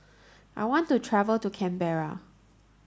I want to travel to Canberra